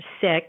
sick